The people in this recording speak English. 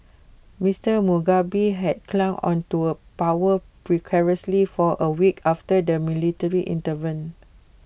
Mister Mugabe had clung on to power precariously for A week after the military intervened